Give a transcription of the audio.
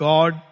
God